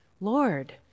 Lord